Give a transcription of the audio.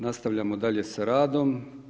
Nastavljamo dalje sa radom.